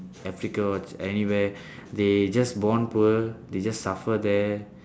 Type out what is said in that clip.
africa anywhere they just born poor they just suffer there